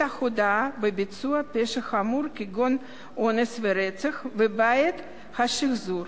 ההודאה בביצוע פשע חמור כגון אונס או רצח ובעת השחזור,